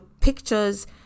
pictures